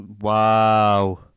wow